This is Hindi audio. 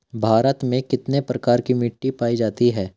भारत में कितने प्रकार की मिट्टी पाई जाती हैं?